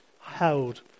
held